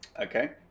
Okay